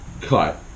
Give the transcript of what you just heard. cut